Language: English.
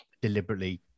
deliberately